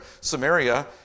Samaria